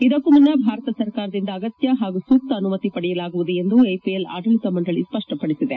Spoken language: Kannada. ಇದಕ್ಕೂ ಮುನ್ನ ಭಾರತ ಸರಕಾರದಿಂದ ಅಗತ್ಯ ಹಾಗೂ ಸೂಕ್ತ ಅನುಮತಿಗಳನ್ನು ಪಡೆಯಲಾಗುವುದು ಎಂದು ಐಪಿಎಲ್ ಆಡಳಿತ ಮಂಡಳಿ ಸ್ಪಷ್ಟಪಡಿಸಿದೆ